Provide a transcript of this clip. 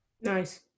Nice